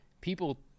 people